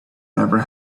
never